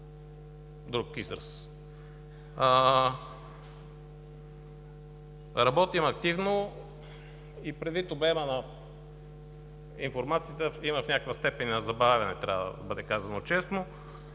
друг израз. Работим активно и предвид обема на информацията, и в някаква степен и на забавяне – трябва да бъде казано честно